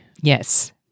Yes